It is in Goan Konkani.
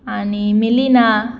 आनी मिलिना